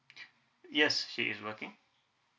yes she is working